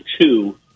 two